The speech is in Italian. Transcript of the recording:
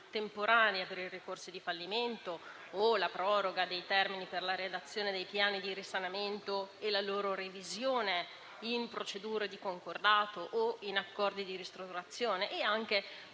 temporanea per i ricorsi di fallimento o la proroga dei termini per la redazione dei piani di risanamento e la loro revisione in procedure di concordato o in accordi di ristrutturazione, nonché